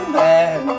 bad